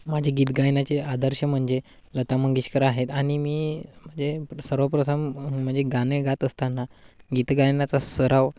माझे गीत गायनाचे आदर्श म्हणजे लता मंगेशकर आहेत आणि मी म्हणजे सर्वप्रथम म्हणजे गाणे गात असताना गीत गायनाचा सराव